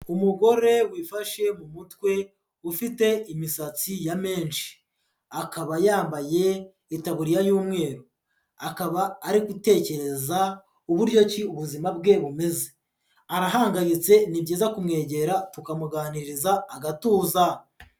Umugore wifashe mu mutwe ufite imisatsi ya menshi, akaba yambaye itaburiya y'umweru. Akaba ari gutekereza uburyo ki ubuzima bwe bumeze, arahangayitse ni byiza kumwegera tukamuganiriza agatuza.